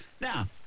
now